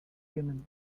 humans